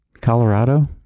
Colorado